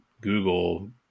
Google